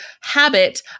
habit